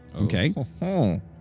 Okay